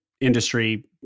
industry